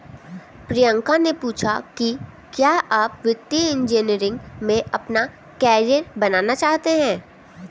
प्रियंका ने पूछा कि क्या आप वित्तीय इंजीनियरिंग में अपना कैरियर बनाना चाहते हैं?